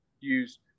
use